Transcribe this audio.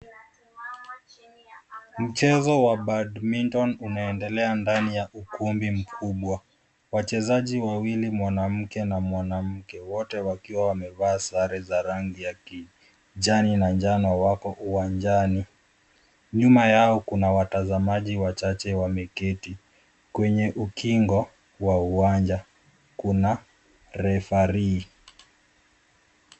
Mchezo wa badminton unaendelea ndani ya ukumbi mkubwa. Wachezaji wawili, mwanamume na mwanamke, wote wamevaa sare za rangi ya kijani na njano, wako uwanjani. Nyuma yao kuna watazamaji wachache walioketi kando ya ukingo wa uwanja. Pia kuna mwamuzi.